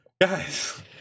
Guys